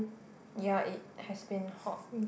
ya it's has been hot